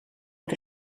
het